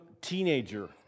teenager